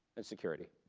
and security.